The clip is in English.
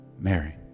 Mary